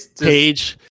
page